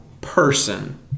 person